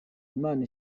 imana